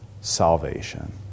salvation